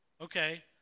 Okay